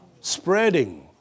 spreading